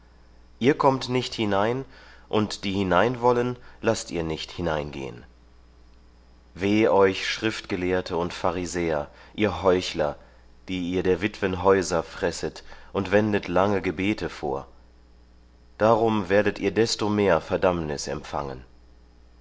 ihr kommt nicht hinein und die hinein wollen laßt ihr nicht hineingehen weh euch schriftgelehrte und pharisäer ihr heuchler die ihr der witwen häuser fresset und wendet lange gebete vor darum werdet ihr desto mehr verdammnis empfangen